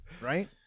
right